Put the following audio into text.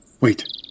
Wait